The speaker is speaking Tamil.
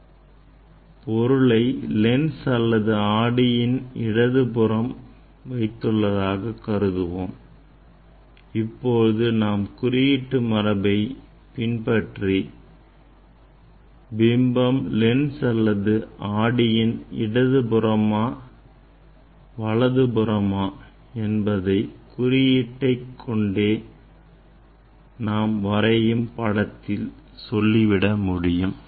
நாம் பொருளை லென்ஸ் அல்லது ஆடியின் இடதுபுறம் வைத்துள்ளதாக கருதுவோம் இப்போது நாம் குறியீட்டு மரபை பின்பற்றி பிம்பம் லென்ஸ் அல்லது ஆடியின் இடது புறமா வலது புறமா என்பதை குறியிட்டை கொண்டே நாம் வரையும் படத்தில் சொல்லிவிட முடியும்